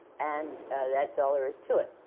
and that's all there is to it.